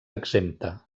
exempta